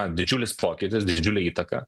didžiulis pokytis didžiulė įtaka